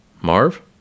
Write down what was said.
Marv